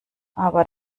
aber